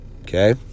okay